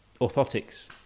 orthotics